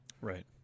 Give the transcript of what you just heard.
Right